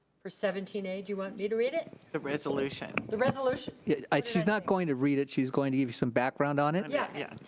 for seventeen a, do you want me to read it? the resolution. the resolution. she's not going to read it, she's going to give you some background on it. yeah. yeah.